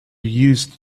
used